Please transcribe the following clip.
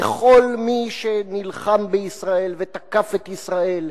בכל מי שנלחם בישראל ותקף את ישראל,